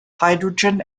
hydrogen